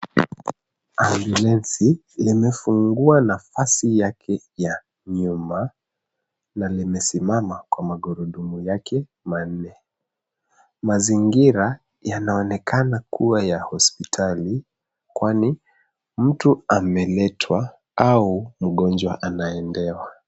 Ambulance limefungua nafasi yake ya nyuma na limesimama kwa magurudumu yake manne. Mazingira yanaonekana kuwa ya hospitali kwani mtu ameletwa au mngojwa anaendewa.